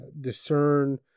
discern